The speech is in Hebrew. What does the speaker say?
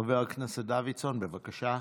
חבר הכנסת דוידסון, בבקשה.